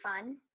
fun